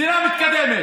מדינה מתקדמת.